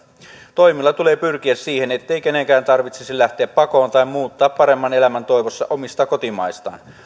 toimilla tulee pyrkiä siihen ettei kenenkään tarvitsisi lähteä pakoon tai muuttaa paremman elämän toivossa omista kotimaistaan